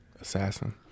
assassin